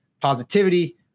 positivity